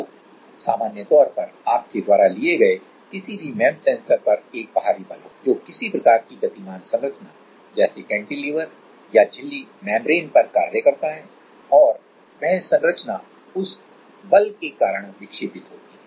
तो सामान्य तौर पर आपके द्वारा लिए किसी भी एमईएमएस सेंसर पर एक बाहरी बल होता है जो किसी प्रकार की गतिमान संरचना जैसे कैंटिलीवर या झिल्ली पर कार्य करता है और वह संरचना उस बल के कारण विक्षेपित होती है